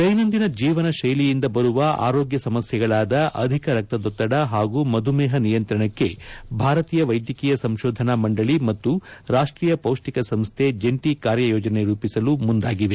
ದೈನಂದಿನ ಜೀವನ ಶೈಲಿಯಿಂದ ಬರುವ ಆರೋಗ್ಯ ಸಮಸ್ಯೆಗಳಾದ ಅಧಿಕ ರಕ್ತದೊತ್ತದ ಹಾಗೂ ಮಧುಮೇಹ ನಿಯಂತ್ರಣಕ್ಕೆ ಭಾರತೀಯ ವೈದ್ಯಕೀಯ ಸಂಶೋಧನಾ ಮಂಡಳಿ ಮತ್ತು ರಾಷ್ಟ್ರೀಯ ಪೌಷ್ಠಿಕ ಸಂಸ್ಥೆ ಜಂಟಿ ಕಾರ್ಯಯೋಜನೆ ರೂಪಿಸಲು ಮುಂದಾಗಿದೆ